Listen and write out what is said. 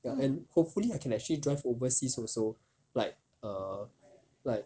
ya and hopefully I can actually drive overseas also like err like